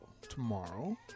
tomorrow